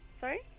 Sorry